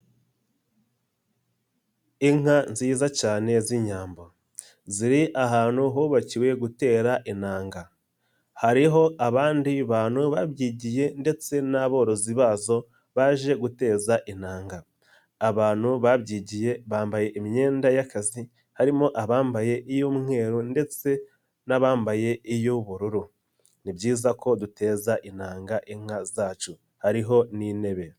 Inka nziza cyane z'inyambo, ziri ahantu hubakiwe gutera inanga, hariho abandi bantu babyigiye ndetse n'aborozi bazo baje guteza intanga, abantu babyigiye bambaye imyenda y'akazi harimo abambaye iy'umweru ndetse n'abambaye iy'ubururu, ni byiza ko duteza intanga inka zacu hariho n'intebe.